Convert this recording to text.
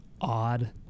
odd